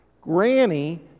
Granny